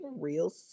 real